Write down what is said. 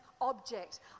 object